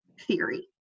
theory